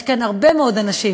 יש כאן הרבה מאוד אנשים